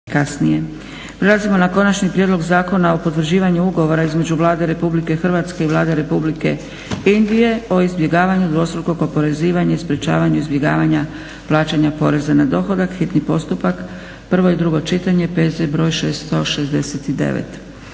Prelazimo na - Konačni prijedlog Zakona o potvrđivanju ugovora između Vlade Republike Hrvatske i Vlade Republike Indije o izbjegavanju dvostrukog oporezivanja i sprječavanju izbjegavanja plaćanja poreza na dohodak, hitni postupka, prvo i drugo čitanje, P.Z. br. 669